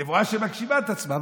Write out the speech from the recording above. נבואה שמגשימה את עצמה.